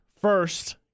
first